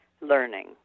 learning